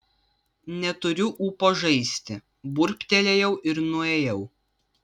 neturiu ūpo žaisti burbtelėjau ir nuėjau